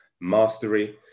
mastery